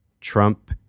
trump